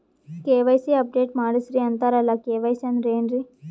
KYC update ಮಾಡಸ್ರೀ ಅಂತರಲ್ಲ KYC ಅಂದ್ರ ಏನ್ರೀ?